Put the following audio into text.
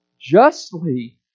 justly